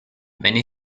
many